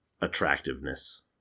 attractiveness